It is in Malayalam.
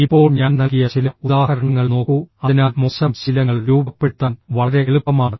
ഇപ്പോൾ ഞാൻ നൽകിയ ചില ഉദാഹരണങ്ങൾ നോക്കൂ അതിനാൽ മോശം ശീലങ്ങൾ രൂപപ്പെടുത്താൻ വളരെ എളുപ്പമാണ്